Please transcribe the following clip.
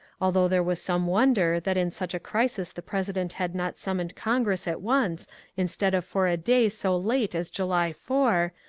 although there was some wonder that in such a crisis the president had not summoned congress at once instead of for a day so late as july four,